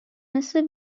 مثل